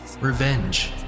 revenge